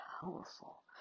powerful